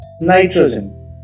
nitrogen